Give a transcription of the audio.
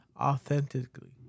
authentically